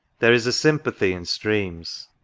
there is a sympathy in streams,